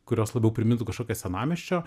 kurios labiau primintų kažkokią senamiesčio